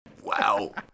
Wow